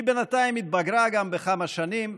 היא בינתיים התבגרה גם בכמה שנים.